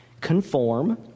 conform